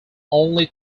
only